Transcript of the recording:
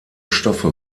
stoffe